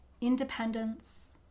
independence